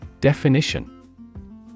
Definition